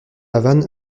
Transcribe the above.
havane